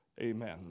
amen